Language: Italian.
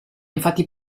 infatti